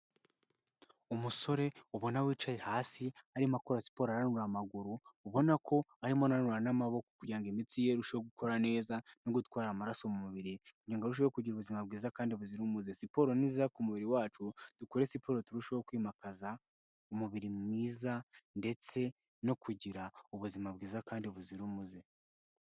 Umusore ubona wicaye hasi arimo akora siporo ananura amaguru, ubona ko arimo ananura n'amaboko kugira imitsi ye irusheho gukora neza no gutwara amaraso mu mubiri; kugira ngo arusheho kugira ubuzima bwiza kandi buzira umuze. Siporo n'iza ku mubiri wacu dukore siporo turusheho kwimakaza umubiri mwiza ndetse no kugira ubuzima bwiza kandi buzira umuze.